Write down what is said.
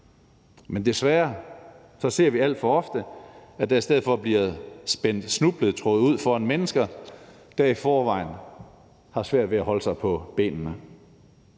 ser desværre alt for ofte, at der i stedet for bliver spændt snubletråde ud foran mennesker, der i forvejen har svært ved at holde sig på benene.